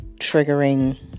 triggering